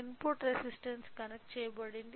input resistance connect చేయబడింది